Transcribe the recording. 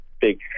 big